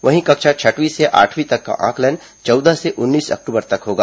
वहीं कक्षा छठवीं से आठवीं तक का आंकलन चौदह से उन्नीस अक्टूबर तक होगा